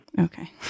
Okay